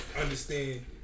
understand